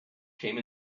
came